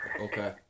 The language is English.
Okay